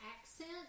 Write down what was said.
accent